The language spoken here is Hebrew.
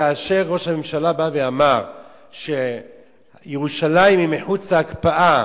כאשר ראש הממשלה אמר שירושלים היא מחוץ להקפאה,